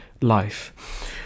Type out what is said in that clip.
life